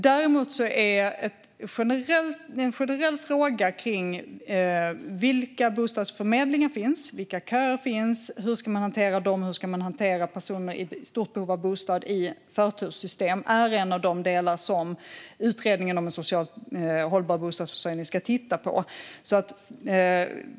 Däremot är den generella frågan om vilka bostadsförmedlingar som finns, vilka köer som finns och hur man ska hantera dem och hur man ska hantera personer i stort behov av bostad i förturssystem en av de delar som utredningen om socialt hållbar bostadsförsörjning ska titta på.